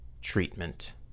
treatment